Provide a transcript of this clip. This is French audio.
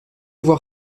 voir